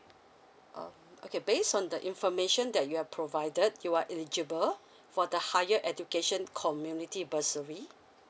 oh okay based on the information that you have provided you are eligible for the higher education community bursary